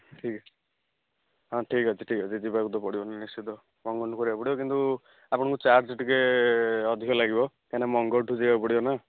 ଠିକ୍ ଅଛି ହଁ ଠିକ୍ ଅଛି ଠିକ୍ ଅଛି ଯିବାକୁ ତ ପଡ଼ିବ ନିଶ୍ଚିତ କ'ଣ କରିବାକୁ ପଡ଼ିବ କିନ୍ତୁ ଆପଣ ଙ୍କୁ ଚାର୍ଜ ଟିକେ ଅଧିକ ଲାଗିବ କାହିଁକି ନା ମଙ୍ଗନ ଠୁ ଯିବାକୁ ପଡ଼ିବ ନା